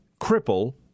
cripple